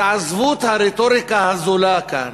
תעזבו את הרטוריקה הזולה כאן,